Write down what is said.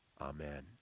Amen